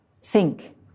sink